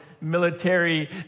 military